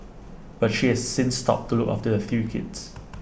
but she has since stopped to look after A three kids